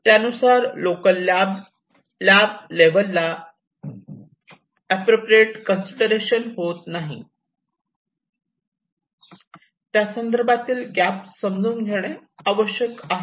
त्यानुसार लोकल लॅबला लेवलला अप्रोप्रिएट कन्सिदरेशन होत नाही त्यासंदर्भातील गॅप समजून घेणे आवश्यक आहे